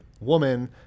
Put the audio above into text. woman